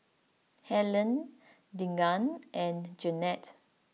Helene Deegan and Jennette